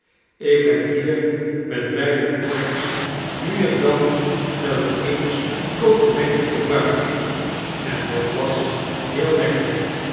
ik heb hier met wijlen graggs niu en dan wel eeais een coteletje geteuikt en dat was heel lekker